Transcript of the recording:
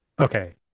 okay